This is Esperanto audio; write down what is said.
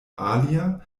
alia